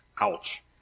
Ouch